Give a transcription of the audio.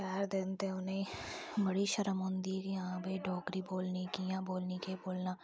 शैह्र दे न ते उ'नेंगी बड़ी शर्म औंदी जे हां भाई डोगरी बोलनी कि'यां बोलनी केह् बोलना